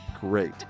great